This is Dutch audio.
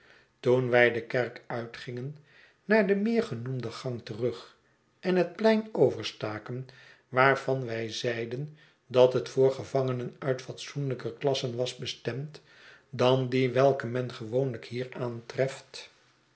toen wij de kerk uitgingen naar den meer genoemden gang terug en het plein overstaken waarvan wij zeiden dat het voor gevangenen uit fatsoenlijker klassen was bestemd dan die welke men gewoonlyk hier aantreft